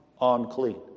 unclean